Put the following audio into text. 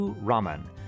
Raman